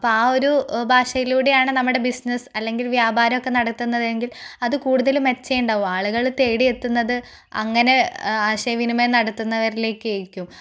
അപ്പോൾ ആ ഒരു ഭാഷയിലൂടെയാണ് നമ്മുടെ ബിസിനസ് അല്ലെങ്കിൽ വ്യാപാരം ഒക്കെ നടത്തുന്നതെങ്കിൽ അത് കൂടുതൽ മെച്ചമോ ഉണ്ടാവും ആളുകൾ തേടിയെത്തുന്നത് അങ്ങനെ ആശയ വിനിമയം നടത്തുന്നവരിലേക്കായിരിക്കും